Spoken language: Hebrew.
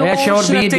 היה שיעור ביידיש.